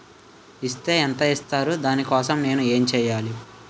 Is తే ఎంత ఇస్తారు దాని కోసం నేను ఎంచ్యేయాలి?